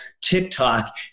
TikTok